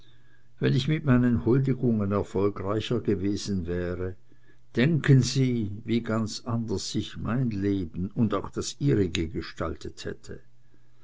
wenn ich mit meinen huldigungen erfolgreicher gewesen wäre denken sie wie ganz anders sich mein leben und auch das ihrige gestaltet hätte